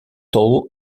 toll